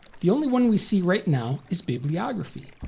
the only one we see right now is bibliography.